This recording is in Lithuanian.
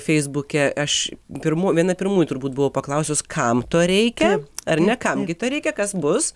feisbuke aš pirmų viena pirmųjų turbūt buvau paklausus kam to reikia ar ne kam gi to reikia kas bus